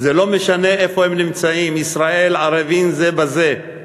זה לא משנה איפה הם נמצאים, ישראל ערבים זה בזה.